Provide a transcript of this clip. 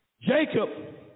Jacob